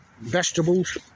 vegetables